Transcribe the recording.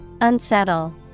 Unsettle